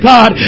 God